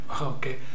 Okay